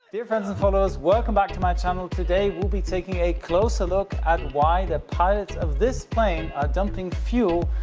dear friends and followers, welcome back to my channel. today, we'll be taking a closer look at why the pilots of this plane ah dumping fuel,